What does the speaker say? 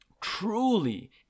truly